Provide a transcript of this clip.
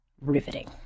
riveting